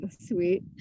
sweet